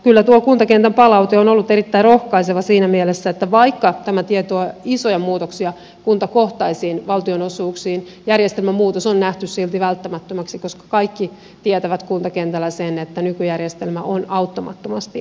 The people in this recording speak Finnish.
kyllä tuo kuntakentän palaute on ollut erittäin rohkaiseva siinä mielessä että vaikka tämä tie tuo isoja muutoksia kuntakohtaisiin valtionosuuksiin järjestelmän muutos on nähty silti välttämättömäksi koska kaikki tietävät kuntakentällä sen että nykyjärjestelmä on auttamattomasti vanhentunut